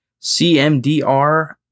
CMDR